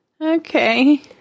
Okay